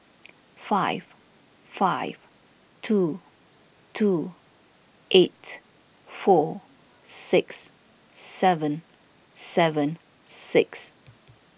five five two two eight four six seven seven six